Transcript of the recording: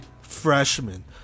freshman